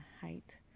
height